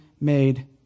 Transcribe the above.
made